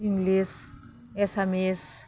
English Assamese